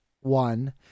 one